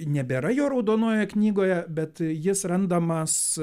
nebėra jo raudonojoje knygoje bet jis randamas